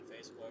Facebook